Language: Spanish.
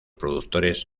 productores